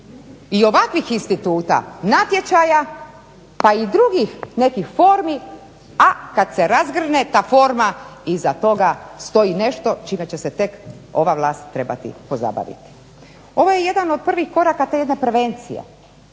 i ovakvih instituta natječaja pa i drugih nekih formi, a kad se razgrne ta forma iza toga stoji nešto čime će se tek ova vlast trebati pozabaviti. Ovo je jedan od prvih koraka te jedne prevencije